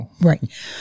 Right